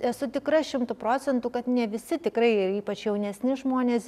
esu tikra šimtu procentų kad ne visi tikrai ypač jaunesni žmonės